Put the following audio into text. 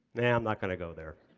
no, i'm not going to go there.